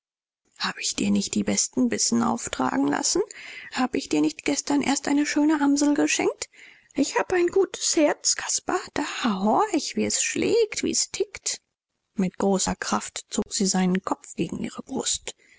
hab ich dir nicht die besten bissen auftragen lassen hab ich dir nicht gestern erst eine schöne amsel geschenkt ich hab ein gutes herz caspar da horch wie's schlägt wie's tickt mit großer kraft zog sie seinen kopf gegen ihre brust